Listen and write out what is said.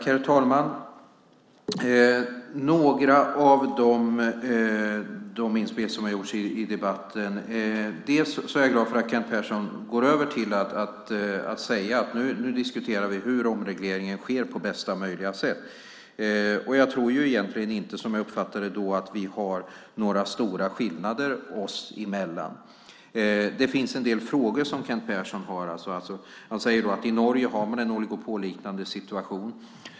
Herr talman! Jag ska ta upp några av de inspel som har gjorts i debatten. Jag är glad för att Kent Persson går över till att säga att nu diskuterar vi hur omregleringen ska ske på bästa möjliga sätt. Som jag uppfattar det tror jag egentligen inte att vi har några stora skillnader oss emellan. Det finns en del frågor som Kent Persson tar upp. Han säger att man i Norge har en oligopolliknande situation.